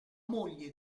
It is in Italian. moglie